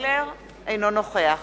אינו נוכח